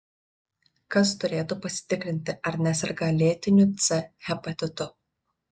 kas turėtų pasitikrinti ar neserga lėtiniu c hepatitu